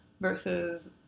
versus